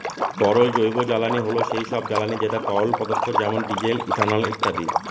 তরল জৈবজ্বালানী হল সেই সব জ্বালানি যেটা তরল পদার্থ যেমন ডিজেল, ইথানল ইত্যাদি